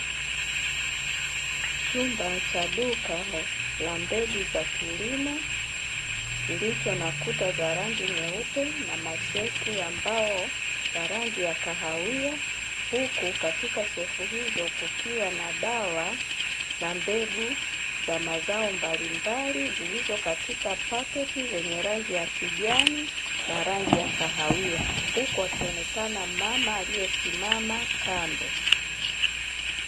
Chumba cha duka la mbegu za kilimo, kilicho na kuta za rangi nyeupe na mashelfu ya mbao ya rangi ya kahawia, huku katika shelfu hizo kukiwa na dawa na mbegu za mazao mbalimbali zilizokatika paketi za rangi ya kijani na rangi ya kahawia, huku akionekana mmama aliyesimama kando.